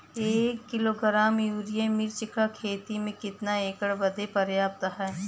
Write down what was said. एक kilogram urea मिर्च क खेती में कितना एकड़ बदे पर्याप्त ह?